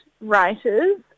writers